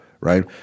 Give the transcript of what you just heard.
right